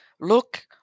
Look